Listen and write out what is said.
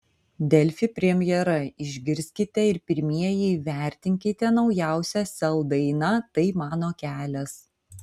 delfi premjera išgirskite ir pirmieji įvertinkite naujausią sel dainą tai mano kelias